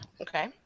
Okay